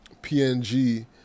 PNG